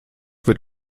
wird